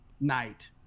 night